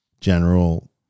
general